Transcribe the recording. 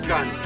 Gun